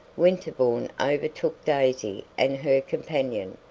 winterbourne overtook daisy and her companion,